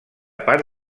part